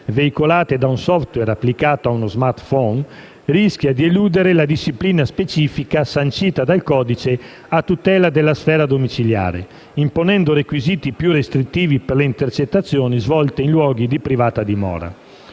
veicolate da un *software* applicato a uno *smartphone*, rischia di eludere la disciplina specifica sancita dal codice a tutela della sfera domiciliare, imponendo requisiti più restrittivi per le intercettazioni svolte in luoghi di privata dimora.